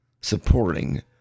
supporting